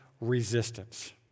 resistance